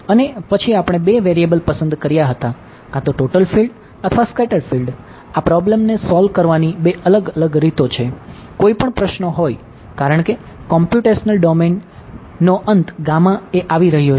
અને પછી આપણે બે વેરિએબલ ડોમેનનો અંત એ આવી રહ્યો છે